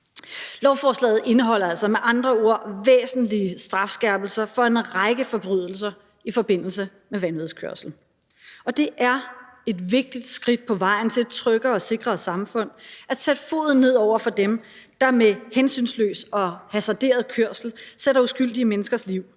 Lovforslaget indeholder altså med andre ord væsentlige strafskærpelser for en række forbrydelser i forbindelse med vanvidskørsel, og det er et vigtigt skridt på vejen til et tryggere og sikrere samfund at sætte foden ned over for dem, der med hensynsløs og hasarderet kørsel bringer uskyldige menneskers liv